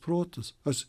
protus aš